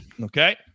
Okay